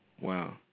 Wow